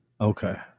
Okay